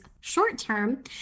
short-term